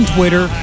Twitter